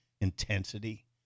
intensity